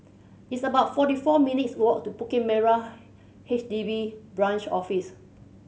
it's about forty four minutes' walk to Bukit Merah H D B Branch Office